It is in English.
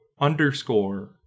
underscore